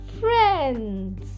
friends